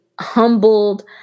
humbled